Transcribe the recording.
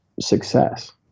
success